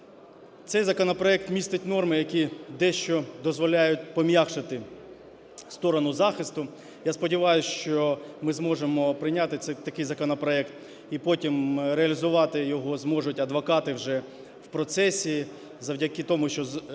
Цей законопроект містить норми, які дещо дозволяють пом'якшити сторону захисту. Я сподіваюсь, що ми зможемо прийняти це, такий законопроект і потім реалізувати його зможуть адвокати вже в процесі завдяки тому, що